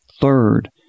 Third